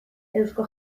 eusko